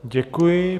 Děkuji.